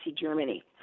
Germany